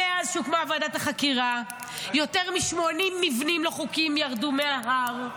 מאז שהוקמה ועדת החקירה יותר מ-80 מבנים לא חוקיים ירדו מההר,